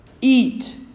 eat